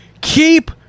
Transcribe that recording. Keep